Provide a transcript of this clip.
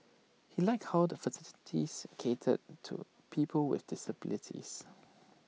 he liked how the cater to people with disabilities